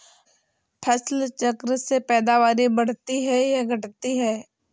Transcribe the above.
फसल चक्र से पैदावारी बढ़ती है या घटती है?